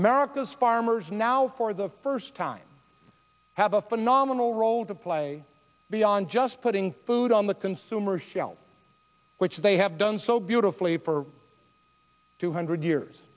america's farmers now for the first time have a phenomenal role to play beyond just putting food on the consumer shelf which they have done so beautifully for two hundred years